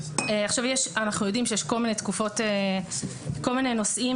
אנחנו יודעים שיש כל מיני נושאים